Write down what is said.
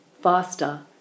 faster